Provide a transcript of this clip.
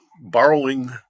borrowing